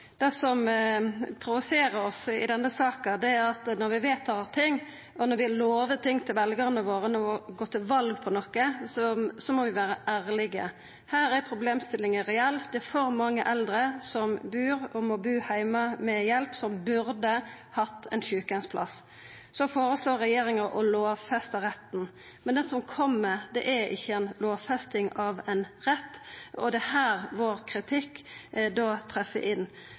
Det som provoserer oss i denne saka, er at når vi vedtar ting, og når vi lovar ting til veljarane våre og går til val på noko, må vi vera ærlege. Her er problemstillinga reell: Det er for mange eldre som bur, og som må bu, heime med hjelp, men som burde hatt ein sjukeheimsplass. Regjeringa føreslår å lovfesta retten, men det som kjem, er ikkje ei lovfesting av ein rett, og det er her vår kritikk